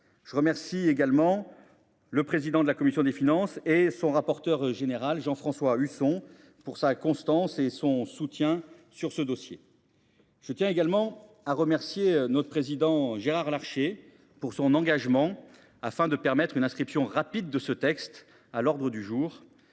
expertise, ainsi que le président de la commission des finances et le rapporteur général, Jean François Husson, de la constance de leur soutien sur ce dossier. Je tiens aussi à remercier le président Gérard Larcher pour son engagement à permettre une inscription rapide du texte à l’ordre du jour